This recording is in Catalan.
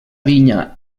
vinya